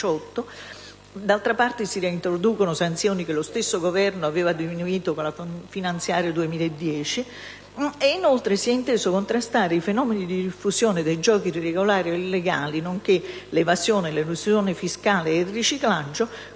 diciotto anni (si reintroducono, peraltro, sanzioni che lo stesso Governo aveva diminuito con la finanziaria 2010), si è inteso contrastare i fenomeni di diffusione dei giochi irregolari o illegali, nonché l'evasione, l'elusione fiscale e il riciclaggio